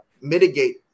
mitigate